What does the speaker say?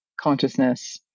consciousness